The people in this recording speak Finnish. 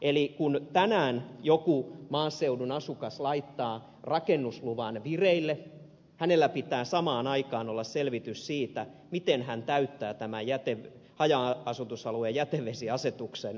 eli kun tänään joku maaseudun asukas laittaa rakennusluvan vireille hänellä pitää samaan aikaan olla selvitys siitä miten hän täyttää tämän haja asutusalueen jätevesiasetuksen vaatimukset